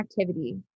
activity